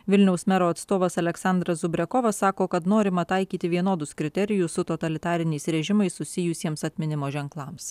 vilniaus mero atstovas aleksandras zubrekovas sako kad norima taikyti vienodus kriterijus su totalitariniais režimais susijusiems atminimo ženklams